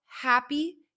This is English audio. happy